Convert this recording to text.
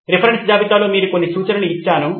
reference జాబితాలో మీకు కొన్ని సూచనలు ఇచ్చాను